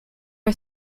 are